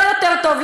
לא יותר טוב,